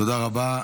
תודה רבה.